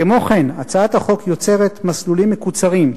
כמו כן, הצעת החוק יוצרת מסלולים מקוצרים,